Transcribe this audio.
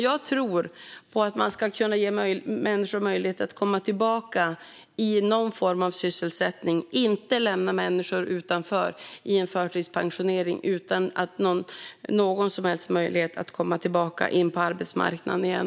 Jag tror på att man ska kunna ge människor möjlighet att komma tillbaka till någon form av sysselsättning. Jag tror inte på att lämna människor utanför i förtidspensionering utan någon som helst möjlighet att komma tillbaka in på arbetsmarknaden.